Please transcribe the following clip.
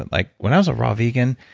and like when i was a raw vegan,